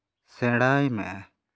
ᱥᱮᱬᱟᱭ ᱢᱮ